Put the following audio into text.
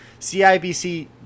CIBC